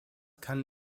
kann